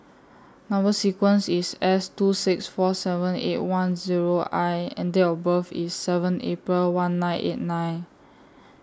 Number sequence IS S two six four seven eight one Zero I and Date of birth IS seven April one nine eight nine